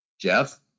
Jeff